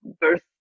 birth